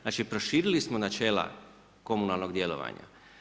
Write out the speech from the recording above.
Znači proširili smo načela komunalnog djelovanja.